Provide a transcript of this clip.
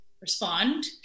respond